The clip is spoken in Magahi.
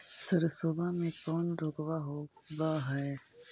सरसोबा मे कौन रोग्बा होबय है?